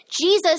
Jesus